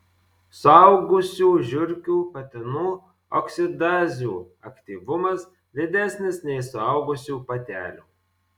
suaugusių žiurkių patinų oksidazių aktyvumas didesnis nei suaugusių patelių